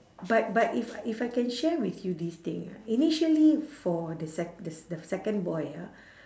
but but if if I can share with you this thing ah initially for the sec~ the the second boy ah